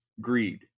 greed